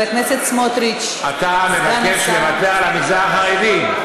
סגן השר, אתה מבקש לוותר על המגזר החרדי.